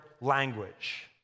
language